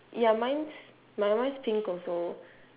ya mine's my one is pink also